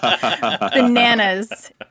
Bananas